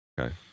okay